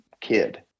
kid